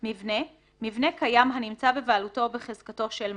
"מבנה" מבנה קיים הנמצא בבעלותו או בחזקתו של מזמין,